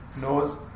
nose